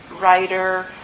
writer